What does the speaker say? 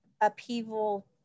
upheaval